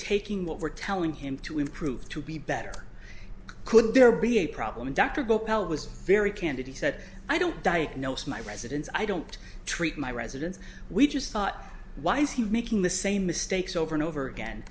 taking what we're telling him to improve to be better could there be a problem dr gopal was very candid he said i don't diagnose my residence i don't treat my residents we just thought why is he making the same mistakes over and over again